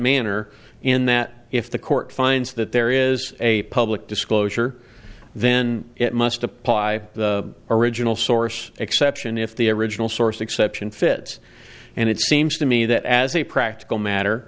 manner in that if the court finds that there is a public disclosure then it must apply the original source exception if the original source exception fits and it seems to me that as a practical matter